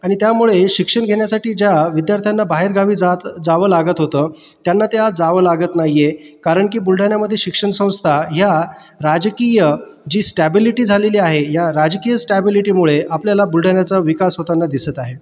आणि त्यामुळे शिक्षण घेण्यासाठी ज्या विद्यार्थ्यांना बाहेर गावी जात जावं लागत होतं त्यांना त्या जावं लागत नाहिये कारण की बुलढाणामध्ये शिक्षणसंस्था या राजकीय जी स्टॅबिलिटी झालेली आहे या राजकीय स्टॅबिलिटीमुळे आपल्याला बुलढाण्याचा विकास होताना दिसत आहे